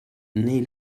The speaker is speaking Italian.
nei